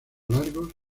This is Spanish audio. largos